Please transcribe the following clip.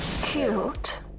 Cute